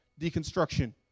deconstruction